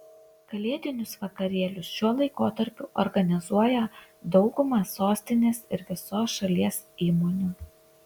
kalėdinius vakarėlius šiuo laikotarpiu organizuoja dauguma sostinės ir visos šalies įmonių